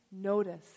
notice